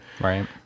Right